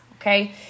okay